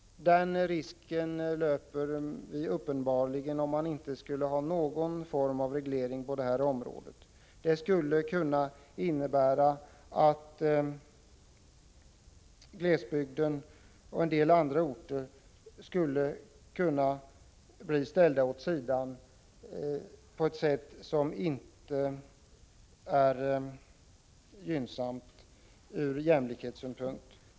Den risken löper vi uppenbarligen om vi inte har någon form av reglering på detta område. Det skulle kunna innebära att glesbygden och en del andra orter skulle bli ställda åt sidan på ett sätt som inte är gynnsamt ur jämlikhetssynpunkt.